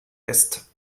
ist